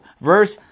verse